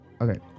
okay